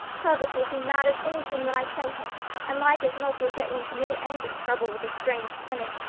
herbert will be mad as anything when i tell him and like as not you'll get into no end of trouble with a strange tenant,